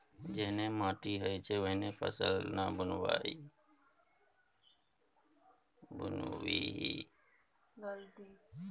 जेहन माटि होइत छै ओहने फसल ना बुनबिही